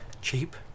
Cheap